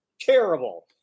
Terrible